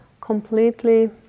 completely